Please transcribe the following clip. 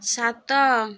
ସାତ